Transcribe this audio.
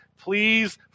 please